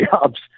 jobs